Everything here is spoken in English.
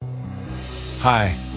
Hi